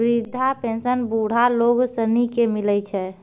वृद्धा पेंशन बुढ़ा लोग सनी के मिलै छै